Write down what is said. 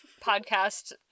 podcast